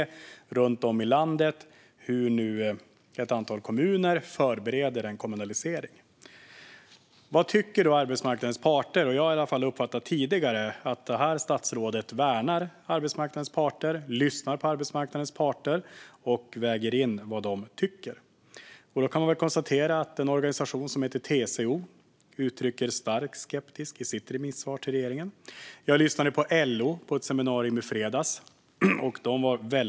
Runt om i landet ser vi nu hur ett antal kommuner förbereder en kommunalisering. Vad tycker arbetsmarknadens parter om detta? Jag har åtminstone tidigare uppfattat att statsrådet värnar arbetsmarknadens parter, lyssnar på dem och väger in vad de tycker. En organisation som heter TCO uttrycker stark skepsis i sitt remissvar till regeringen. På ett seminarium i fredags lyssnade jag till LO.